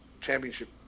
championship